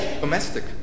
domestic